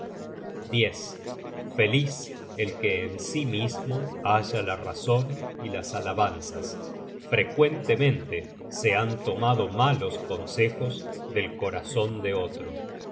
perecedero feliz el que en sí mismo halla la razon y las alabanzas frecuentemente se han tomado malos consejos del corazon de otro